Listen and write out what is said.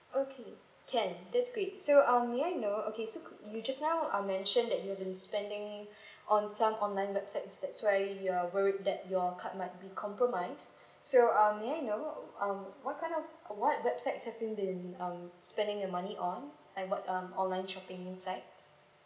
okay can that's great so um may I know okay so you just now um mention that you've been spending on some online websites that's why you are worried that your card might be compromise so um may I know um what kind of what websites have you been um spending the money on and what um online shopping websites